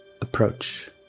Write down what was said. approach